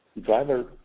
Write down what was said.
driver